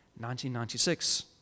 1996